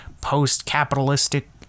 post-capitalistic